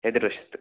എതിർവശത്ത്